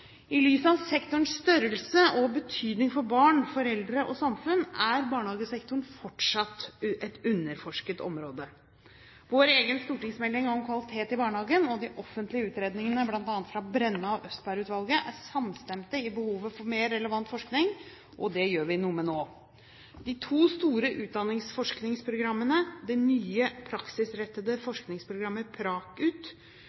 I lys av sektorens størrelse og betydning for barn, foreldre og samfunn er barnehagesektoren fortsatt et underforsket område. Vår egen stortingsmelding om kvalitet i barnehagen og de offentlige utredningene fra bl.a. Brenna- og Østberg-utvalgene er samstemte i behovet for mer og relevant forskning. Dette gjør vi noe med nå. To store utdanningsforskningsprogrammer, det nye praksisrettede